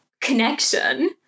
connection